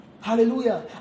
Hallelujah